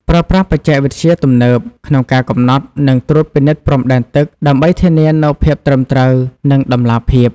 ប្រើប្រាស់បច្ចេកវិទ្យាទំនើប ក្នុងការកំណត់ និងត្រួតពិនិត្យព្រំដែនទឹក ដើម្បីធានានូវភាពត្រឹមត្រូវ និងតម្លាភាព។